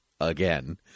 again